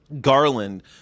garland